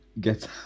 get